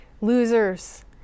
losers